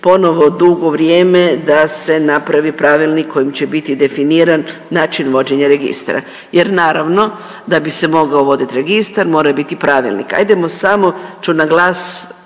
ponovno dugo vrijeme da se napravi pravilnik kojim će biti definiran način vođenja registra. Jer naravno da bi se mogao vodit registar mora biti pravilnik. Ajdemo samo ću na glas